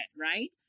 right